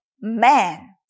man